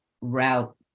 route